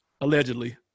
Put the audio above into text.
Allegedly